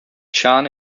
chan